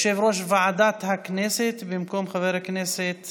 יושב-ראש ועדת הכנסת, במקום חבר הכנסת